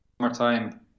summertime